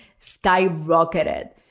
skyrocketed